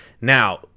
Now